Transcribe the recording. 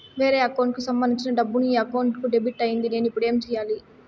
వేరే అకౌంట్ కు సంబంధించిన డబ్బు ఈ అకౌంట్ కు డెబిట్ అయింది నేను ఇప్పుడు ఏమి సేయాలి